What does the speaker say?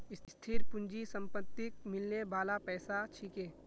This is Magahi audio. स्थिर पूंजी संपत्तिक मिलने बाला पैसा छिके